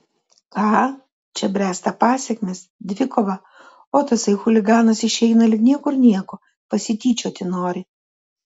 ką čia bręsta pasekmės dvikova o tasai chuliganas išeina lyg niekur nieko pasityčioti nori